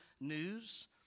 news